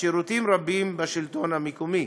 שירותים רבים בשלטון המקומי.